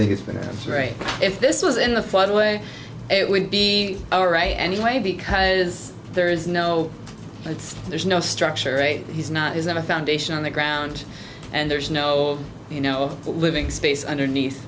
great if this was in the floodway it would be all right anyway because there is no it's there's no structure right he's not isn't a foundation on the ground and there's no you know living space underneath